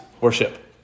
worship